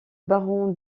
baron